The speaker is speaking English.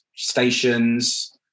stations